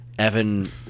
Evan